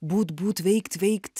būt būt veikt veikt